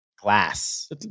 Glass